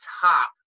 top